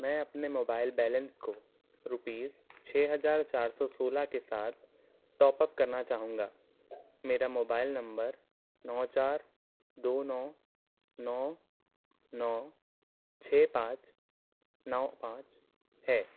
मैं अपने mobile balance को रूपीज छः हजार चार सौ सोलह के सात के साथ टॉप अप करना चाहूंगा मेरा मोबाइल नंबर नौ चार दो नौ नौ नौ छः पाँच नौ पाँच है